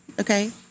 Okay